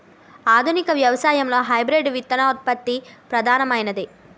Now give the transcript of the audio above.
ఆధునిక వ్యవసాయంలో హైబ్రిడ్ విత్తనోత్పత్తి ప్రధానమైనది